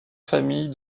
famille